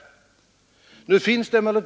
Det vill jag betona.